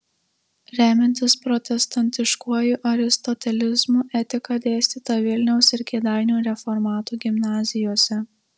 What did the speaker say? remiantis protestantiškuoju aristotelizmu etika dėstyta vilniaus ir kėdainių reformatų gimnazijose